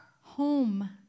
home